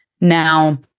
now